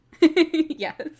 Yes